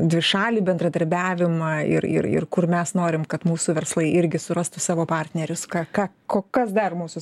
dvišalį bendradarbiavimą ir ir ir kur mes norim kad mūsų verslai irgi surastų savo partnerius ką ką ko kas dar mūsų